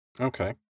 Okay